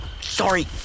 Sorry